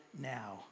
now